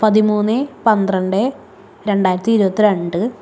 പതിമൂന്ന് പന്ത്രണ്ട് രണ്ടായിരത്തി ഇരുപത്തി രണ്ട്